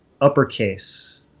uppercase